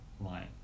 line